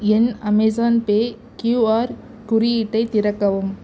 என் Amazon Pay QR குறியீட்டை திறக்கவும்